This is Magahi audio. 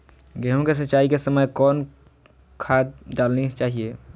गेंहू के सिंचाई के समय कौन खाद डालनी चाइये?